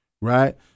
right